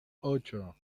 ocho